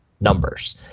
numbers